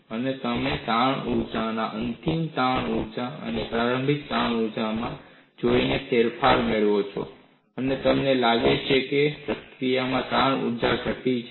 અને તમે તાણ ઊર્જામાં અંતિમ તાણ ઊર્જા અને પ્રારંભિક તાણ ઊર્જાને જોઈને ફેરફાર મેળવો છો અને તમને લાગે છે કે પ્રક્રિયામાં તાણ ઊર્જા ઘટી છે